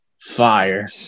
Fire